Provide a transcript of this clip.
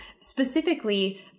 specifically